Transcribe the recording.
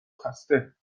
خسته